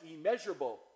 immeasurable